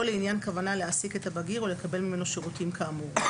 לעניין כוונה להעסיק את הבגיר או לקבל ממנו שירותים כאמור.